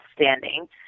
standing